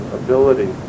ability